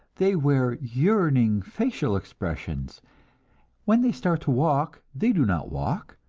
they wear yearning facial expressions when they start to walk, they do not walk,